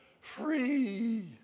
free